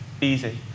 easy